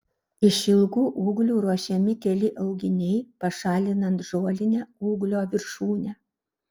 iš ilgų ūglių ruošiami keli auginiai pašalinant žolinę ūglio viršūnę